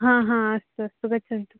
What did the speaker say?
हा हा अस्तु अस्तु गच्छन्तु